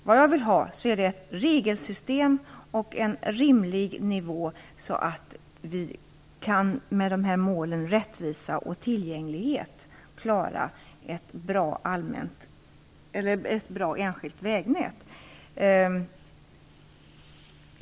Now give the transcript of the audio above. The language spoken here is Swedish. Vad man vill ha är ett regelsystem och en rimlig nivå för att vi med målen rättvisa och tillgänglighet skall klara ett bra enskilt vägnät.